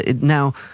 Now